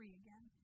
again